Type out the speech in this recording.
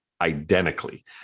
identically